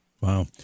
wow